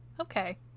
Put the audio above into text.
Okay